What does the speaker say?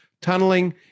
tunneling